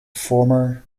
former